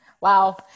Wow